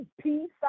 peace